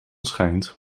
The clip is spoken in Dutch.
schijnt